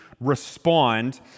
respond